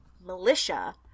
militia